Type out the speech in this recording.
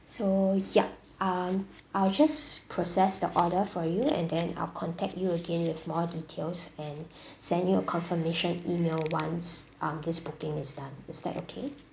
so yup um I'll just process the order for you and then I'll contact you again with more details and send you a confirmation email once um this booking is done is that okay